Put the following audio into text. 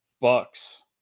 Bucks